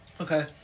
Okay